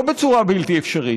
לא בצורה בלתי אפשרית,